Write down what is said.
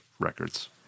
records